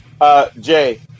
Jay